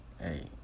hey